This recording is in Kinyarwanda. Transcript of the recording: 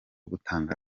gutanga